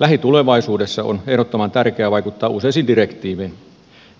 lähitulevaisuudessa on ehdottoman tärkeää vaikuttaa useisiin direktiiveihin